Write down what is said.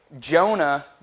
Jonah